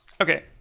Okay